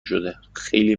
شده، خیلی